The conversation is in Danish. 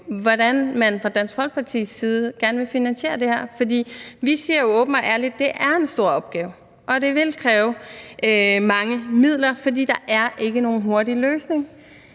hvordan man fra Dansk Folkepartis side gerne vil finansiere det her. Vi siger åbent og ærligt: Det er en stor opgave, og det vil kræve mange midler, fordi der ikke er nogen hurtig løsning.